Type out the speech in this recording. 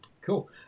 Cool